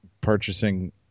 purchasing